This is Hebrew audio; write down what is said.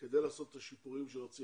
כדי לעשות את השיפורים שרצינו.